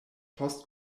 post